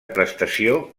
prestació